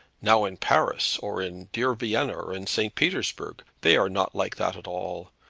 now in paris, or in dear vienna, or in st. petersburg, they are not like that at all.